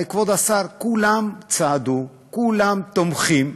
הרי, כבוד השר, כולם צעדו, כולם תומכים,